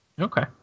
Okay